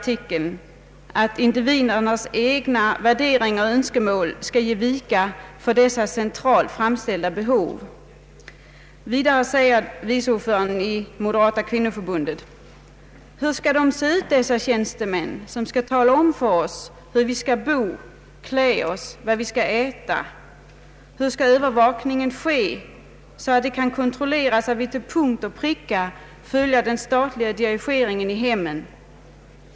otillbörlig marknadsföring, m.m. egna subjektiva värderingar och önskemål skall ge vika för dessa centralt framställda behov.” Vidare säger vice ordföranden i moderata kvinnoförbundet: ”Hur skall de se ut dessa tjänstemän som skall tala om för oss hur vi skall bo, klä oss, vad vi ska äta? Hur ska övervakningen ske så att det kan kontrolleras att vi till punkt och pricka följer den statliga dirigeringen i hemmen?